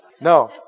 No